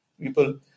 people